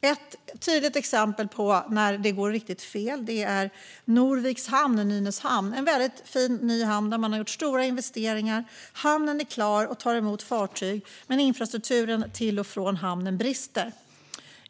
Ett tydligt exempel på när det går riktigt fel är Stockholm Norvik Hamn i Nynäshamn. Det är en väldigt fin ny hamn, där man har gjort stora investeringar. Hamnen är klar och tar emot fartyg, men infrastrukturen till och från hamnen brister.